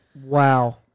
Wow